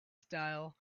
style